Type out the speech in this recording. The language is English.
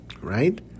Right